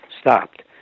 stopped